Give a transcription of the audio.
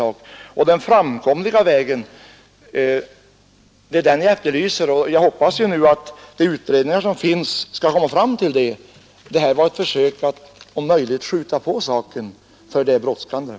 Vad beträffar framkomliga utvägar så Jag hoppas att de utredningar som finns skall komma fram till vissa förslag. Min motion var ett försök att om möjligt skynda på saken, för är det ju sådana jag efterlyser den är brådskande.